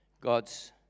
God's